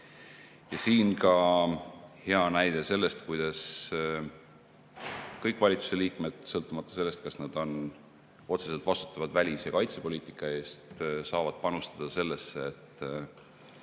Ja siin ka hea näide sellest, kuidas kõik valitsuse liikmed, sõltumata sellest, kas nad on otseselt vastutavad välis‑ ja kaitsepoliitika eest, saavad panustada sellesse, et